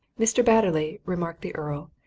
mr. batterley, remarked the earl,